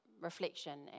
reflection